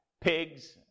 pigs